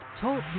talk